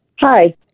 Hi